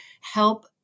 help